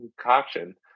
concoction